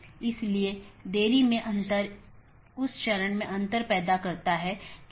BGP निर्भर करता है IGP पर जो कि एक साथी का पता लगाने के लिए आंतरिक गेटवे प्रोटोकॉल है